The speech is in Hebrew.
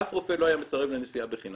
אף רופא לא היה מסרב לנסיעה בחינם.